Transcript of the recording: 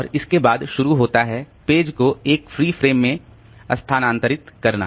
और इसके बाद शुरू होता है पेज को एक फ्री फ्रेम में स्थानांतरित करना